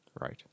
Right